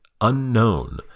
Unknown